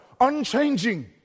unchanging